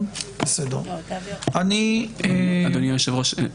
אדוני היושב-ראש,